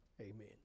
Amen